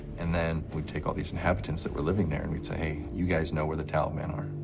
and then we'd take all these inhabitants that were living there and we'd say, hey, you guys know where the taliban are.